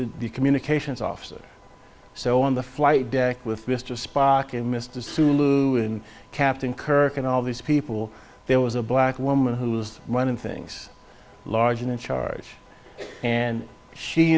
the communications officer so on the flight deck with mr spock and mr sulu and captain kirk and all these people there was a black woman who was running things large and in charge and she